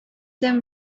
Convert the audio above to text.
them